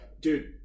Dude